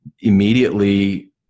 immediately